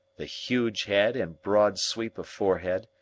the huge head and broad sweep of forehead,